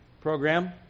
program